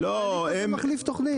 ההליך הזה מחליף תוכנית.